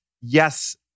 Yes